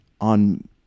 on